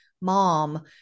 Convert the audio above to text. mom